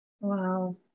wow